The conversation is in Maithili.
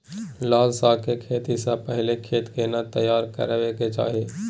लाल साग के खेती स पहिले खेत केना तैयार करबा के चाही?